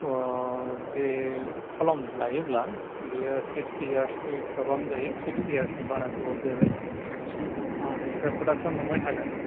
अह बे खलम लायोब्ला बियो सिक्सटि यार्सनि गोबां जायो सिक्सटि यार्सनि बारा गोबाव जोरो बेनिफ्राय प्रडाकसन मोनबाय थागोन